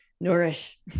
nourish